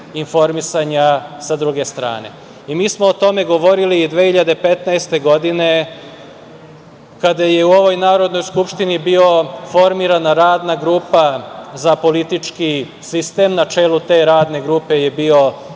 informisanja sa druge strane. Mi smo o tome govorili 2015. godine kada je u ovoj Narodnoj skupštini bila formirana Radna grupa za politički sistem. Na čelu te Radne grupe je bio